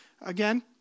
Again